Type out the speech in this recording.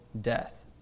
death